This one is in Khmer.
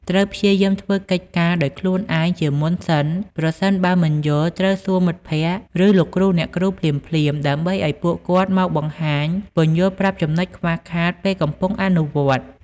ត្រូវព្យាយាមធ្វើកិច្ចការដោយខ្លួនឯងជាមុនសិន ប្រសិនបើមិនយល់ត្រូវសួរមិត្តភក្តិ ឬលោកគ្រូ អ្នកគ្រូភ្លាមៗដើម្បីឱ្យពួកគាត់មកបង្ហាញ ពន្យល់ប្រាប់ចំណុចខ្វះខាតពេលកំពុងអនុវត្តន៍។